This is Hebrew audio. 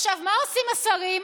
מה עושים השרים,